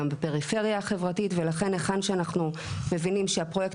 גם בפריפריה החברתית ולכן היכן שאנחנו מבינים שהפרויקט